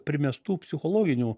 primestų psichologinių